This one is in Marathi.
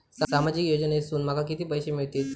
सामाजिक योजनेसून माका किती पैशे मिळतीत?